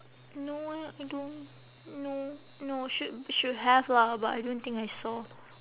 no eh I don't no no should should have lah but I don't think I saw